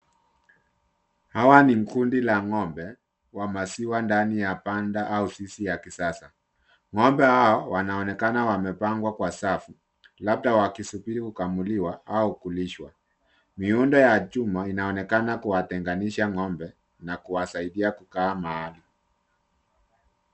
Hawa ni kundi la ng'ombe wa maziwa ndani ya banda au zizi ya kisasa, ng'ombe hawa wanaonekana wamepangwa kwa safu labda wakisubiri kukamuliwa au kulishwa, miundo ya chuma inaonekana kuwatenganisha ng'ombe na kuwasaidia kukaa mahali.